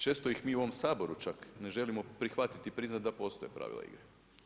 Često ih mi u ovom Saboru čak ne želimo prihvatiti i priznati da postoje pravila igre.